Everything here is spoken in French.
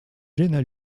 jenna